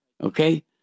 Okay